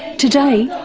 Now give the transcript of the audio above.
today,